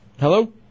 Hello